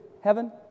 heaven